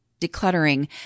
decluttering